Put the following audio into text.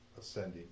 ascending